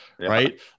right